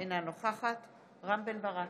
אינה נוכחת רם בן ברק,